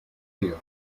her